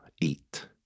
eat